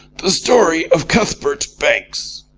the story of cuthbert banks.